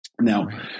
now